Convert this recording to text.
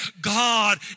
God